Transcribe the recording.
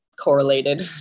correlated